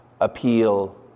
appeal